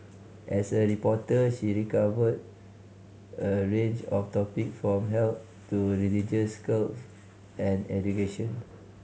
as a reporter she recovered a range of topic from health to religious cults and education